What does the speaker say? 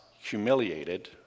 humiliated